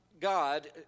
God